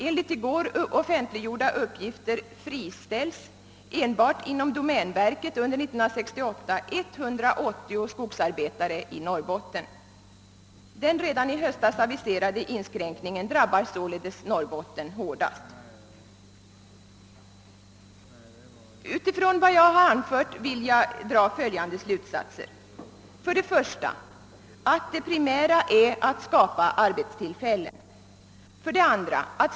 Enligt i går offentliggjorda uppgifter friställes enbart inom domänverket 180 skogsarbetare i Norrbotten under 1968. Av vad jag anfört vill jag dra följande slutsatser: 1. Det primära är att skapa arbetstillfällen. 2.